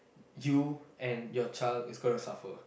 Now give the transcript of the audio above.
you and your child is gonna suffer